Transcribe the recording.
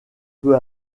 peu